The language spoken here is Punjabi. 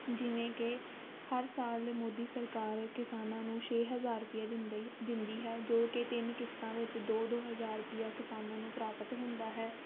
ਜਿਵੇਂ ਕਿ ਹਰ ਸਾਲ ਮੋਦੀ ਸਰਕਾਰ ਕਿਸਾਨਾਂ ਨੂੰ ਛੇ ਹਜ਼ਾਰ ਰੁਪਈਆ ਦਿੰਦੇ ਦਿੰਦੀ ਹੈ ਜੋ ਕਿ ਤਿੰਨ ਕਿਸ਼ਤਾਂ ਵਿੱਚ ਦੋ ਦੋ ਹਜ਼ਾਰ ਰੁਪਈਆ ਕਿਸਾਨਾਂ ਨੂੰ ਪ੍ਰਾਪਤ ਹੁੰਦਾ ਹੈ